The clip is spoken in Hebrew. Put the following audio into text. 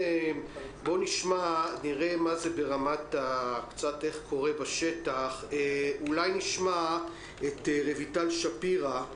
נראה קצת מה קורה ברמת השטח, נשמע את רויטל שפירא,